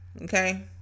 okay